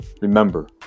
Remember